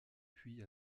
puis